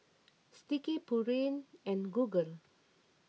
Sticky Pureen and Google